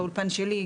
באולפן שלי,